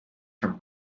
from